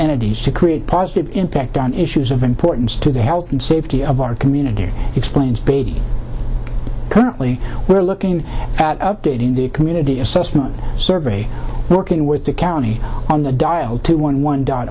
energies to create positive impact on issues of importance to the health and safety of our community explains currently we're looking at updating the community assessment survey working with the county on the dial two one